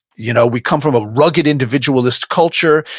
you know we come from a rugged individualist culture,